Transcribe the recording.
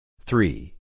Three